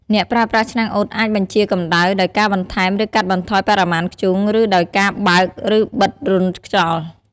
អ្នកប្រើប្រាស់ឆ្នាំងអ៊ុតអាចបញ្ជាកម្ដៅដោយការបន្ថែម ឬកាត់បន្ថយបរិមាណធ្យូង ឬដោយការបើក និងបិទរន្ធខ្យល់ ។